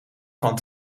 van